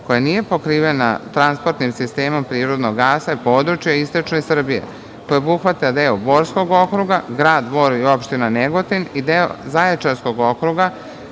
koja nije pokrivena transportnim sistemom prirodnog gasa je područje istočne Srbije koje obuhvata deo Borskog okruga, grad Bor i opština Negotin i deo Zaječarskog okruga,